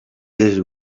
this